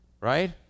right